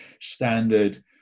standard